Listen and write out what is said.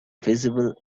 visible